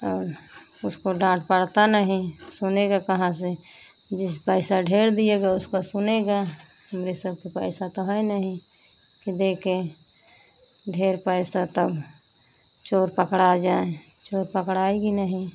और उसको डाँट पड़ती नहीं सुनेगा कहाँ से जिस पैसा ढेर दिएगा उसका सुनेगा हमारे सबके पैसा तो है नहीं कि देकर ढेर पैसा तब चोर पकड़ा जाए चोर पकड़ाएगी नहीं